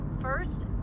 first